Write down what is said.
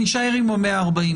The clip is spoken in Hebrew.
אז נישאר עם ה-140,000.